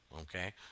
okay